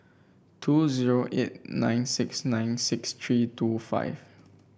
two zero eight nine six nine six three two five